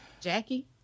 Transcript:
Jackie